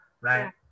right